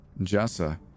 Jessa